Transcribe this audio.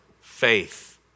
faith